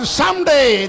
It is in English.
someday